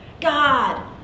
God